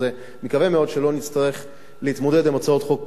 אני מקווה מאוד שלא נצטרך להתמודד עם הצעות חוק פרטיות,